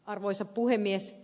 arvoisa puhemies